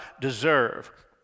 deserve